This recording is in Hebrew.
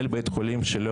כן.